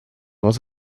was